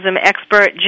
expert